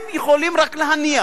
הם יכולים רק להניח.